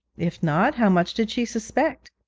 if not, how much did she suspect?